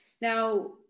Now